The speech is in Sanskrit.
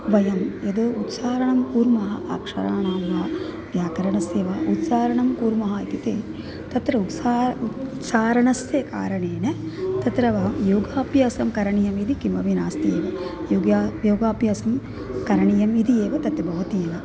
वयं यद् उच्चारणं कुर्मः अक्षराणां वा व्याकरणस्य वा उच्चारणं कुर्मः इति ते तत्र उत्साहम् उच्चारणस्य कारणेन तत्र योगाभ्यासं करणीयः इति किमपि नास्ति एव योग्यं योगाब्यासं करणीयम् इति एव तत् भवति एव